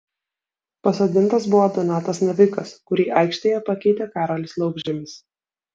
pasodintas buvo donatas navikas kurį aikštėje pakeitė karolis laukžemis